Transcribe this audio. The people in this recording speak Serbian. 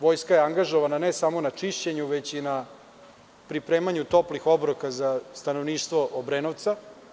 Vojska je angažovana ne samo na čišćenju, već i na pripremanju toplih obroka za stanovništvo Obrenovca.